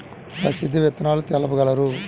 ప్రసిద్ధ విత్తనాలు తెలుపగలరు?